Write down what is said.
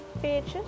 pages